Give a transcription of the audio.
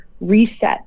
reset